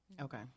Okay